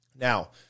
Now